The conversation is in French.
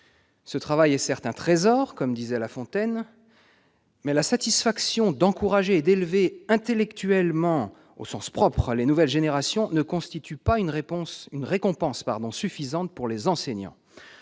Ce travail est, certes, un trésor, comme l'écrivait La Fontaine, mais la satisfaction d'encourager et d'élever intellectuellement, au sens propre, les nouvelles générations ne constitue pas une récompense suffisante pour les enseignants.